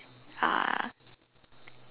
uh